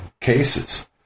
cases